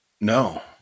No